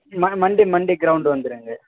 ம Monday Monday ground வந்துடுங்க